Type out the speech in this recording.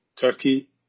Turkey